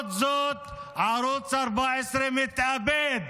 למרות זאת ערוץ 14 מתאבד